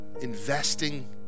investing